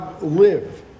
live